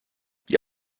die